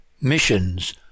missions